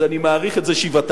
אז אני מעריך את זה שבעתיים.